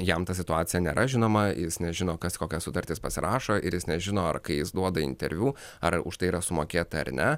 jam ta situacija nėra žinoma jis nežino kas kokias sutartis pasirašo ir jis nežino ar kai jis duoda interviu ar už tai yra sumokėta ar ne